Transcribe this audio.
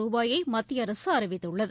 ரூபாயை மத்திய அரசு அறிவித்துள்ளது